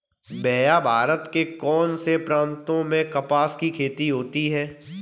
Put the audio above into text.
भैया भारत के कौन से प्रांतों में कपास की खेती होती है?